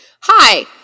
hi